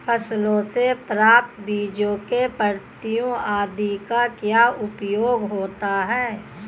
फसलों से प्राप्त बीजों पत्तियों आदि का क्या उपयोग होता है?